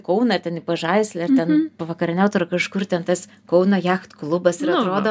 kauną ten į pažaislį ar ten pavakarieniaut ar kažkur ten tas kauno jacht klubas ir atrodo